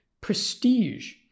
prestige